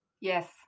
yes